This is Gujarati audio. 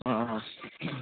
હાં હાં